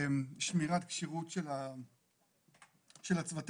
לשמירת כשירות של הצוותים.